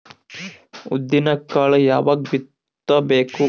ಉದ್ದಿನಕಾಳು ಯಾವಾಗ ಬಿತ್ತು ಬೇಕು?